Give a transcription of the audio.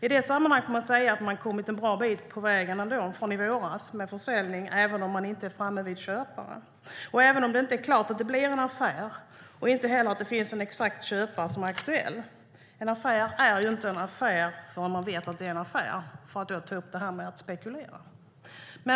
I det sammanhanget har man ändå kommit en bra bit på vägen från i våras med försäljningen, även om man inte är framme vid köpare. Även om det inte är klart att det blir en affär och inte heller att det finns en exakt köpare som är aktuell är ju inte en affär en affär förrän man vet att det är en affär - för att ta upp det här med att spekulera.